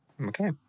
Okay